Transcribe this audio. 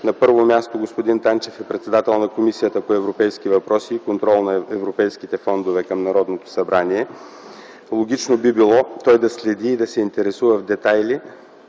На първо място, господин Танчев е председател на Комисията по европейските въпроси и контрол на европейските фондове към Народното събрание. Логично би било той да следи и да се интересува в детайли